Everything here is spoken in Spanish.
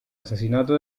asesinato